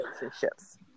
relationships